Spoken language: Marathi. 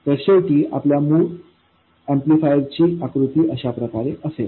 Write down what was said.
तर शेवटी आपल्या मूळ ऍम्प्लिफायर ची आकृतीचे अशा प्रकारे असेल